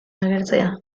agertzea